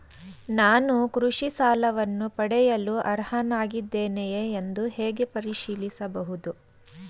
ನಾನು ಕೃಷಿ ಸಾಲವನ್ನು ಪಡೆಯಲು ಅರ್ಹನಾಗಿದ್ದೇನೆಯೇ ಎಂದು ಹೇಗೆ ಪರಿಶೀಲಿಸಬಹುದು?